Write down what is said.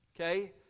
Okay